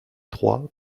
trois